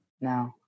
no